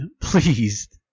pleased